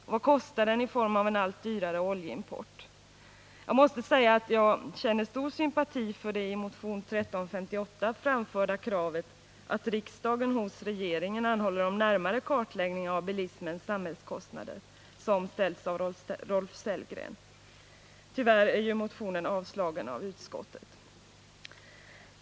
Och vad kostar den i form av en allt dyrare oljeimport? Jag måste säga att jag känner stor sympati för det i motion 1358 framförda kravet, att riksdagen hos regeringen anhåller om närmare kartläggning av bilismens samhällskostnader, som ställts av Rolf Sellgren. Tyvärr är motionen avstyrkt av utskottet.